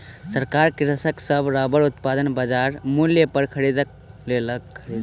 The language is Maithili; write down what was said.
सरकार कृषक सभक रबड़ उत्पादन बजार मूल्य पर खरीद लेलक